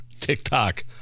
TikTok